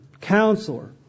Counselor